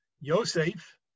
Yosef